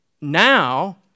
Now